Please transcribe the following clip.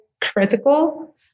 critical